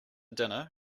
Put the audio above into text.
dinner